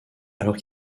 alors